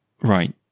right